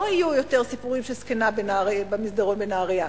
לא יהיו יותר סיפורים של זקנה במסדרון בנהרייה.